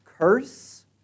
curse